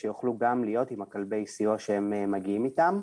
שיוכלו גם להיות עם כלבי הסיוע שהם מגיעים איתם.